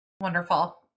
Wonderful